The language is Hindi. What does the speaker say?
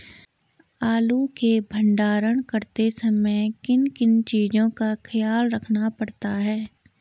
आलू के भंडारण करते समय किन किन चीज़ों का ख्याल रखना पड़ता है?